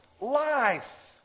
life